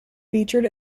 featured